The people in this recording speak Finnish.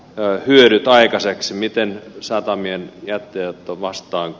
tai hyydy vaikka se miten satamien ja työ tuo vasta